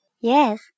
Yes